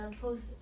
post